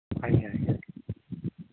ଆଜ୍ଞା ଆଜ୍ଞା